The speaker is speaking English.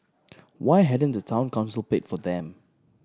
why hadn't the Town Council paid for them